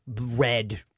Red